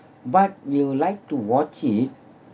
but we'll like to watch it